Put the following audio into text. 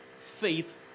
faith